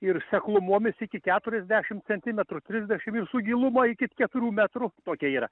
ir seklumomis iki keturiasdešimt centimetrų trisdešimt ir su giluma iki keturių metrų tokia yra